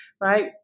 right